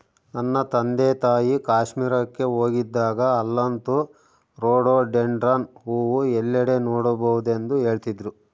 ನನ್ನ ತಂದೆತಾಯಿ ಕಾಶ್ಮೀರಕ್ಕೆ ಹೋಗಿದ್ದಾಗ ಅಲ್ಲಂತೂ ರೋಡೋಡೆಂಡ್ರಾನ್ ಹೂವು ಎಲ್ಲೆಡೆ ನೋಡಬಹುದೆಂದು ಹೇಳ್ತಿದ್ರು